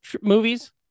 movies